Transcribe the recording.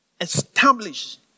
establish